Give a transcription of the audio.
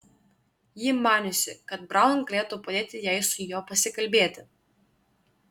ji maniusi kad braun galėtų padėti jai su juo pasikalbėti